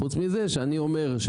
חוץ מזה שאני אומר,